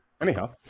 Anyhow